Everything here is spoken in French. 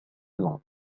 lente